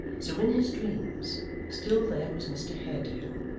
so in his dreams still there was mr haredale,